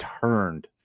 turned